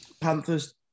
Panthers